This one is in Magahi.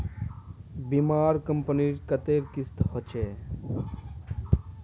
बीमार कंपनी कत्ते किस्म होछे